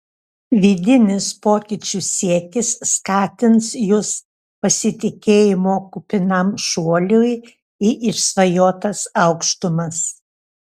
vidinis pokyčių siekis skatins jus pasitikėjimo kupinam šuoliui į išsvajotas aukštumas